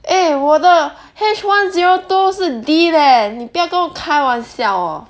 eh 我的 H one zero two 是 D leh 你不要跟我开玩笑 orh